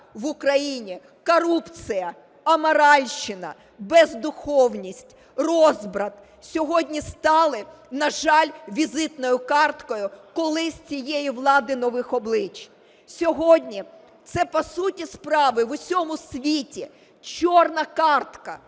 в Україні корупція, аморальщина, бездуховність, розбрат сьогодні стали, на жаль, візитною карткою колись цієї влади нових облич. Сьогодні це, по суті справи в усьому світі чорна картка,